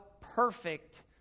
perfect